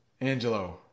Angelo